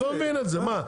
אני לא מבין את זה, מה?